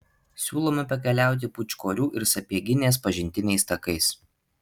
siūlome pakeliauti pūčkorių ir sapieginės pažintiniais takais